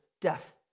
death